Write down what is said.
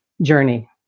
Journey